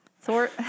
Thor